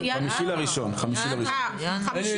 בינואר, אוקיי.